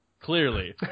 Clearly